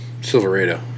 Silverado